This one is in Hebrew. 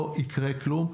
לא יקרה כלום.